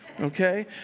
okay